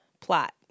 plot